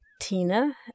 Tina